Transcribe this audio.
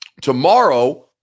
Tomorrow